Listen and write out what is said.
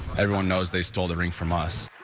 everyone knows they stole the ring from us.